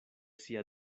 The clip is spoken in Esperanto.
sia